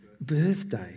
birthday